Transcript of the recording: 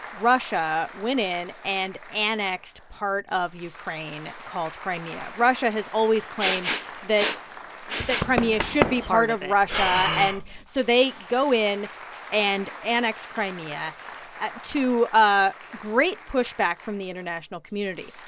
russia went in and annexed part of ukraine called crimea. russia has always claimed that that crimea should be part of russia. and so they go in and annex crimea ah to ah great pushback from the international community.